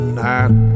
night